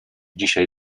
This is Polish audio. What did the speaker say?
dzisiaj